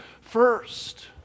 first